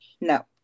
No